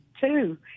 two